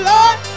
Lord